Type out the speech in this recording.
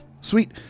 sweet